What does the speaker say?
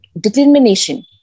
determination